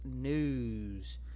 news